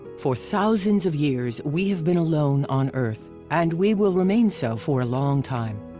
for thousands of years we have been alone on earth and we will remain so for a long time,